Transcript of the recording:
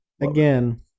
Again